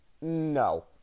No